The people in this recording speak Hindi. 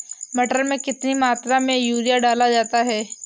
मटर में कितनी मात्रा में यूरिया डाला जाता है?